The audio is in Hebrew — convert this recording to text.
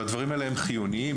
והדברים האלה הם חיוניים.